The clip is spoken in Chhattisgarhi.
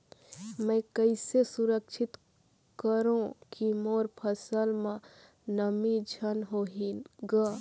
मैं कइसे सुरक्षित करो की मोर फसल म नमी झन होही ग?